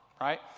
right